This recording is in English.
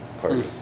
party